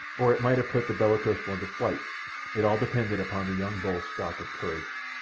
or it might have put the bellicose one to flight it all depended upon the young bull's stock of courage.